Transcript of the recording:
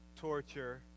torture